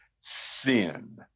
sin